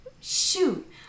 Shoot